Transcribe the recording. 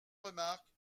remarque